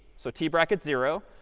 so t bracket zero,